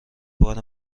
بار